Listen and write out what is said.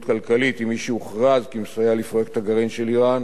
כלכלית עם מי שהוכרז כמסייע לפרויקט הגרעין של אירן